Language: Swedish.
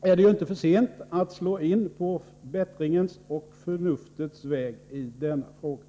är det ju inte för sent att slå in på bättringens och förnuftets väg i denna fråga.